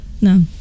No